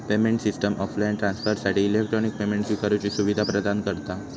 payment system offline ट्रांसफरसाठी electronic payment स्विकारुची सुवीधा प्रदान करता